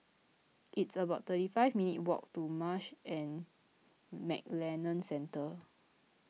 it's about thirty five minutes' walk to Marsh and McLennan Centre